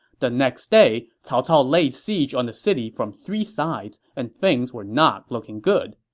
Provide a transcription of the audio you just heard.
the next day, cao cao laid siege on the city from three sides, and things were not looking good.